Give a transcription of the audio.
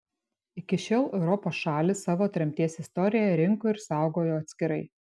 iki šiol europos šalys savo tremties istoriją rinko ir saugojo atskirai